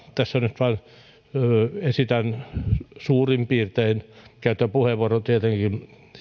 tässä nyt esitän suurin piirtein käytän tietenkin